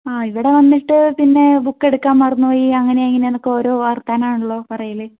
ആഹ് ഇവിടെ വന്നിട്ട് പിന്നെ ബുക്ക് എടുക്കാൻ മറന്നു പോയി അങ്ങനെയാണ് ഇങ്ങനെയാണെന്നൊക്കെ ഓരോ വർത്തമാനം ആണല്ലോ പറയല്